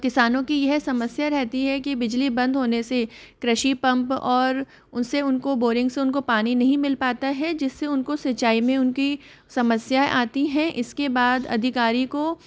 किसानों की यह समस्या रहती है कि बिजली बंद होने से कृषि पंप और उससे उनको बोरिंग से उनको पानी नहीं मिल पाता है जिससे उनको सिंचाई में उनकी समस्याएँ आती हैं इसके बाद अधिकारी को